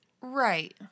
right